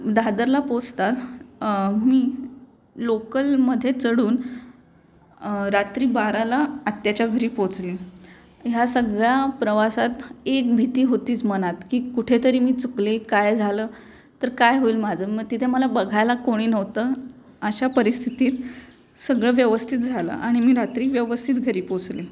दादरला पोचताच मी लोकलमध्ये चढून रात्री बाराला आत्याच्या घरी पोचले ह्या सगळ्या प्रवासात एक भीती होतीच मनात की कुठेतरी मी चुकले काय झालं तर काय होईल माझं मग तिथे मला बघायला कोणी नव्हतं अशा परिस्थितीत सगळं व्यवस्थित झालं आणि मी रात्री व्यवस्थित घरी पोचले